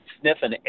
sniffing